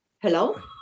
Hello